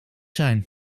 zijn